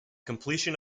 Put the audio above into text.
completion